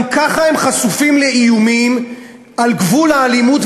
גם ככה הם חשופים לאיומים על גבול האלימות,